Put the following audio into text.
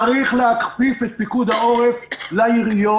צריך להכפיף את פיקוד העורף לעיריות.